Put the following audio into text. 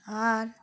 আর